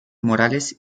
morales